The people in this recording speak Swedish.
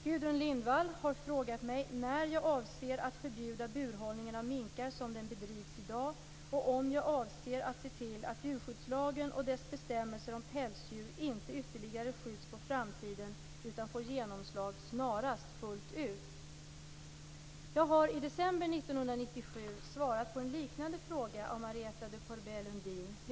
Gudrun Lindvall har frågat mig när jag avser att förbjuda burhållningen av minkar som den bedrivs i dag och om jag avser att se till att djurskyddslagen och dess bestämmelser om pälsdjur inte ytterligare skjuts på framtiden utan snarast får genomslag fullt ut. Jag har i december 1997 svarat på en liknande fråga av Mariettta de Pourbaix-Lundin.